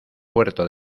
puerto